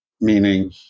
meaning